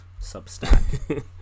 Substack